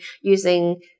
using